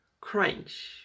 crunch